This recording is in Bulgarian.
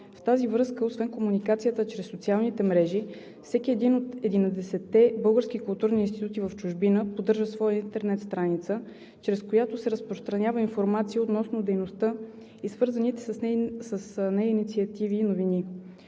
В тази връзка, освен комуникацията в социалните мрежи, всеки един от 11-те български културни института в чужбина поддържа своя интернет страница, чрез която се разпространява информация относно дейността и свързаните с нея инициативи и новини.